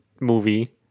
movie